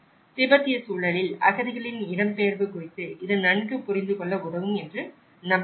திபெத்திய சூழலில் அகதிகளின் இடம்பெயர்வு குறித்து இது நன்கு புரிந்துகொள்ள உதவும் என்று நம்புகிறேன்